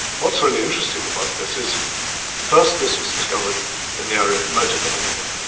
what's really interesting about this is first this was discovered in the area of motor behaviour,